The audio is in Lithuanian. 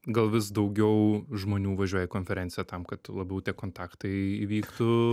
gal vis daugiau žmonių važiuoja į konferenciją tam kad labiau tie kontaktai įvyktų